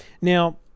now